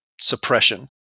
suppression